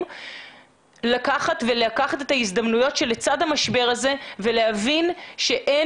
לקחת את ההזדמנויות שלצד המשבר הזה ולהבין שאין